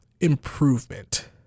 improvement